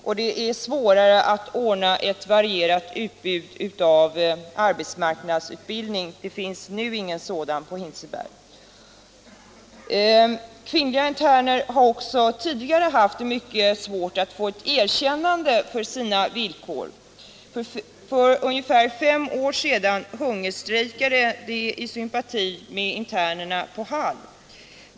Det är också svårare att ordna ett varierat utbud av arbetsmarknadsutbildning. Det finns nu ingen sådan på Hinsceberg. Kvinnliga interner har också tidigare haft det mycket svårt att få sina villkor uppmärksammade. För ungefär fem år sedan hungerstrejkade de i sympati med internerna på Hall.